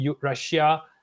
Russia